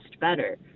better